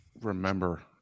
Remember